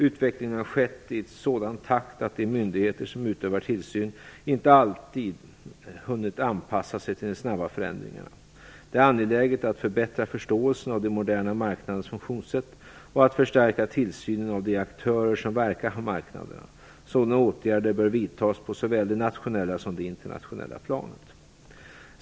Utvecklingen har skett i en sådan takt att de myndigheter som utövar tillsyn inte alltid hunnit anpassa sig till de snabba förändringarna. Det är angeläget att förbättra förståelsen av de moderna marknadernas funktionssätt och att förstärka tillsynen av de aktörer som verkar på marknaderna. Sådana åtgärder bör vidtas på såväl det nationella som det internationella planet.